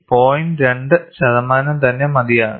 2 ശതമാനം തന്നെ മതിയാകും